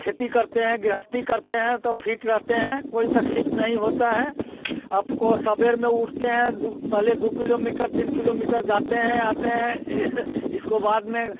खेती करते हैं गृहस्थी करते हैं तो फिट रहते हैं कोई तकलीफ़ नहीं होता है आपको सवेर में उठते हैं दु पहले दो किलोमीटर तीन किलोमीटर जाते हैं आते हैं इसको बाद में